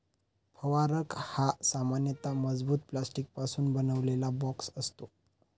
फवारक हा सामान्यतः मजबूत प्लास्टिकपासून बनवलेला बॉक्स असतो